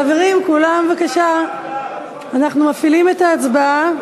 חברים, כולם בבקשה, אנחנו מפעילים את ההצבעה.